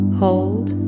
hold